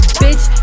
bitch